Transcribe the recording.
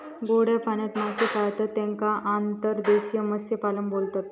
गोड्या पाण्यात मासे पाळतत तेका अंतर्देशीय मत्स्यपालन बोलतत